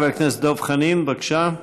חבר הכנסת דב חנין, בבקשה.